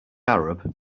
arab